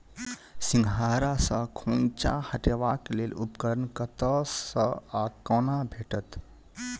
सिंघाड़ा सऽ खोइंचा हटेबाक लेल उपकरण कतह सऽ आ कोना भेटत?